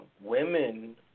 women